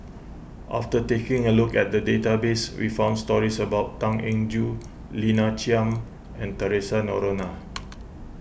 after taking a look at the database we found stories about Tan Eng Joo Lina Chiam and theresa Noronha